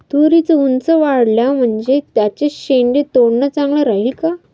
तुरी ऊंच वाढल्या म्हनजे त्याचे शेंडे तोडनं चांगलं राहीन का?